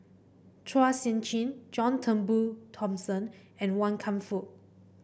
Chua Sian Chin John Turnbull Thomson and Wan Kam Fook